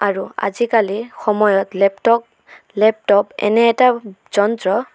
আৰু আজিকালিৰ সময়ত লেপটপ লেপটপ এনে এটা যন্ত্ৰ